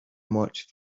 much